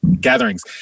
gatherings